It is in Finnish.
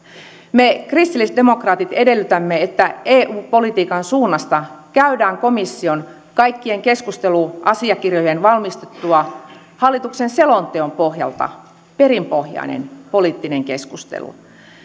me kristillisdemokraatit edellytämme että eu politiikan suunnasta käydään komission kaikkien keskusteluasiakirjojen valmistuttua hallituksen selonteon pohjalta perinpohjainen poliittinen keskustelu